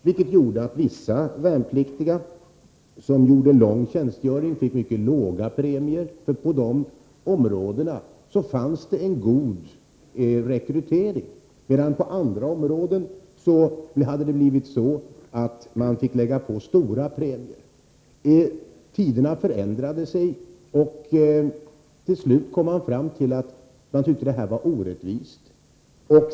Det innebar att vissa värnpliktiga som gjorde lång tjänstgöring fick mycket låga premier, eftersom rekryteringen på de områdena var god, medan man för värnpliktiga på andra områden hade fått lägga på stora premier. Tiderna förändras, och till slut tyckte man att detta var orättvist.